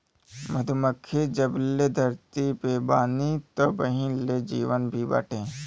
मधुमक्खी जबले धरती पे बानी तबही ले जीवन भी बाटे